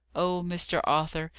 oh, mr. arthur,